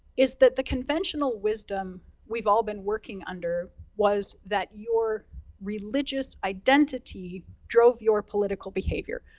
is that the conventional wisdom we've all been working under was that your religious identity drove your political behavior.